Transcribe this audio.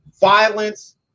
violence